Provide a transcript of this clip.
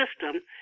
system